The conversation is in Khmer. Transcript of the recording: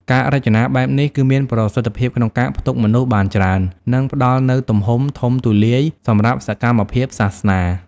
ការរចនាបែបនេះ គឺមានប្រសិទ្ធភាពក្នុងការផ្ទុកមនុស្សបានច្រើន និងផ្តល់នូវទំហំធំទូលាយសម្រាប់សកម្មភាពសាសនា។